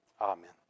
Amen